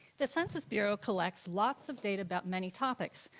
the census bureau collects lots of data about many topics.